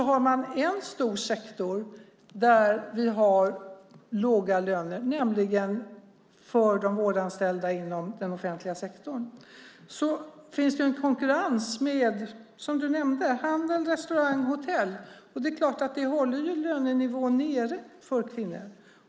Har man en stor sektor där man har låga löner, som för de vårdanställda inom den offentliga sektorn, finns det en konkurrens, som Monica Green nämnde, med handel, restaurang och hotell. Det håller lönenivån nere för kvinnorna.